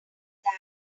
that